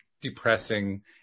depressing